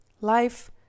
life